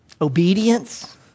obedience